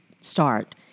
start